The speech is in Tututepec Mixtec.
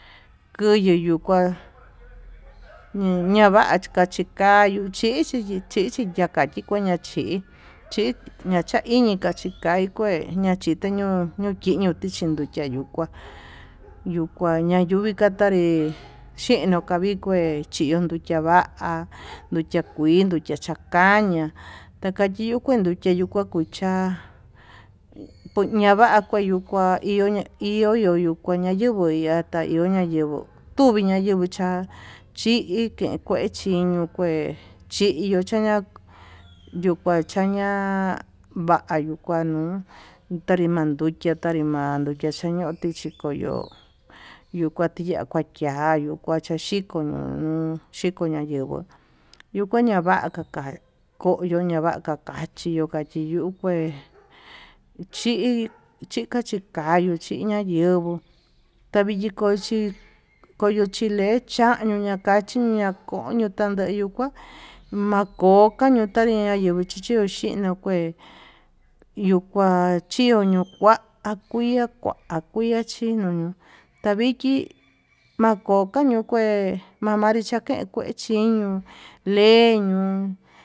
Kuyu yukuá ñañava kachikayu chí chichi chí chichi ña'a kachi kuentá, ñachi ñakaiñi kachika kué chitiño nochiya kitiño kuá yuu kua ña'a yunri katanrí xhinokavi kua chí chiundukia va'a nduchia kui nduchia chakañiá takakiyu kueduki nakanduchiá, pues ñava'a kueyo kua ihoña iho ñoyenguo nayenguo ya'a yata iho nayenguó tuvii ña'a yenguó cha'a chike kenchiño kué. l chiyu chaña yukua chaña vayuu kua nuu tanri manduchia tanri ma'a xañiá yoti chikoyó yuu kua tia kuaxatia nuu yuu kua chiko ño'o chikoñayenguó, yuu kua ña'a va'a kaka koyo ña'a ko ñava'a kachí yio kachi yiu kué chi chikachikayu chi ñayenguó tavichi kochi koyo chilechiá ñuñatachiña ko'o yutandeyu kuá makota ñeu ñañeuña chí xhino kué yuu kua chio ñuu kuá kuia kua akuia chino ñuu taviki ñakoka ma'a kué mamanri chakue kuechí chiñuu leñuu.